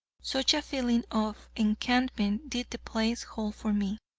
such a feeling of enchantment did the place hold for me,